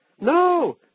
No